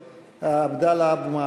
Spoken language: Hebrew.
מעצם העובדה שהיא מוציאה משם דברים